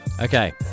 Okay